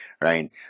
right